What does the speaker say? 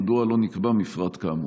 מדוע לא נקבע מפרט כאמור?